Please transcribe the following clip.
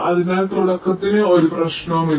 അതിനാൽ തുടക്കത്തിന് ഒരു പ്രശ്നവുമില്ല